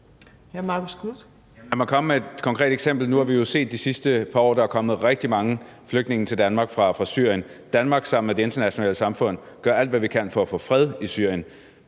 Lad mig komme med et konkret eksempel. Nu har vi jo de sidste par år set, at der er kommer rigtig mange flygtninge til Danmark fra Syrien. Danmark gør sammen med det internationale samfund alt, hvad vi kan, for at få fred i Syrien.